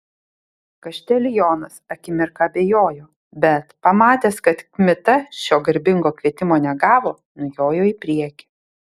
kaštelionas akimirką abejojo bet pamatęs kad kmita šio garbingo kvietimo negavo nujojo į priekį